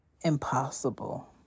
impossible